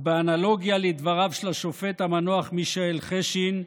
ובאנלוגיה לדבריו של השופט המנוח מישאל חשין: